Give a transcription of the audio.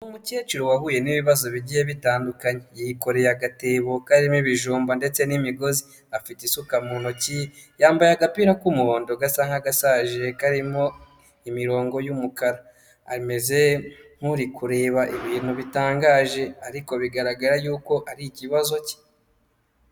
Umukecuru wahuye n'ibibazo bigiye bitandukanye agatebo karimo ibijumba ndetse n'imigozi afite isuka mu ntoki yambaye agapira k'umuhondo gasa nk'agasaje karimo imirongo y'umukara. Ameze nk'uri kureba ibintu bitangaje ariko bigaragara yuko ari ikibazo cye.